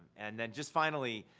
and then just finally,